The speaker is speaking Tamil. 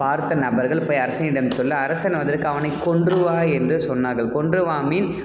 பார்த்த நபர்கள் போய் அரசனிடம் சொல்ல அரசன் வந்துட்டு அவனை கொன்று வா என்று சொன்னார்கள் கொன்று வா மீன்